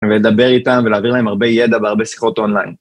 ולדבר איתם ולהעביר להם הרבה ידע והרבה שיחות אונליין.